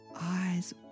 eyes